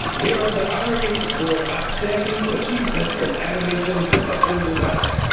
here are the honorees for outstanding achievement in animation production design.